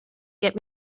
get